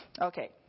Okay